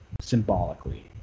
symbolically